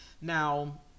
Now